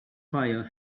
fire